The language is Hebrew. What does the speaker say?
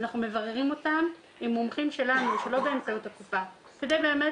אנחנו מבררים אותן עם מומחים שלנו שלא באמצעות הקופה כדי באמת